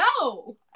no